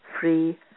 free